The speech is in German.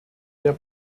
der